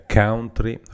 country